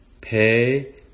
pay